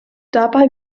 dabei